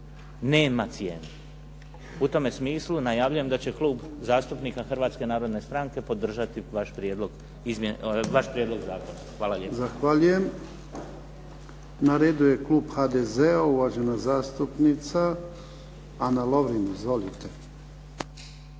nema cijene. U tome smislu najavljujem da će Klub zastupnika Hrvatske narodne stranke podržati vaš prijedlog zakona. Hvala lijepo. **Jarnjak, Ivan (HDZ)** Zahvaljujem. Na redu je klub HDZ-a, uvažena zastupnica Ana Lovrin. Izvolite.